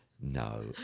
No